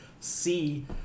see